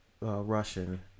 Russian